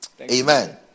Amen